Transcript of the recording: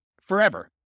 forever